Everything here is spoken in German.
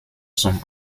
zum